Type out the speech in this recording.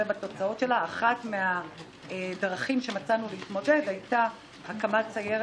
הצעת הוועדה הזמנית לענייני כספים בדבר צו תעריף